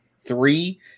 three